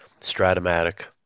Stratomatic